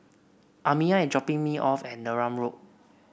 Amiya is dropping me off at Neram Road